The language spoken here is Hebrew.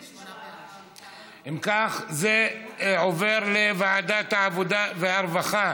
אם כך, זה עובר לוועדת העבודה והרווחה